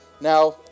Now